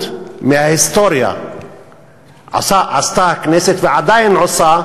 מההיסטוריה עשתה הכנסת ועדיין עושה,